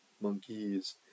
Monkeys